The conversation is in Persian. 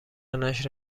نشر